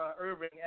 Irving